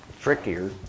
trickier